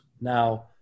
Now